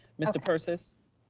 mr. persis?